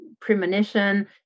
premonition